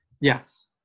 Yes